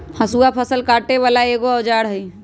हसुआ फ़सल काटे बला एगो औजार हई